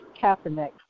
Kaepernick